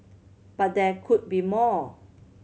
but there could be more